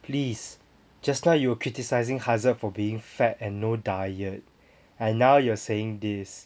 please just now you were criticising hazard for being fat and no diet and now you're saying this